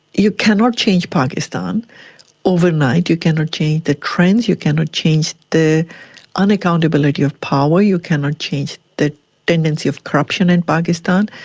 you cannot change pakistan overnight, you cannot change the trends, you cannot change the un-accountability of power, you cannot change the tendency of corruption in pakistan,